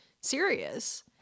serious